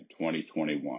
2021